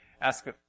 Ask